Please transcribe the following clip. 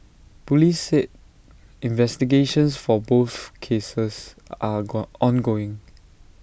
Police said investigations for both cases are go ongoing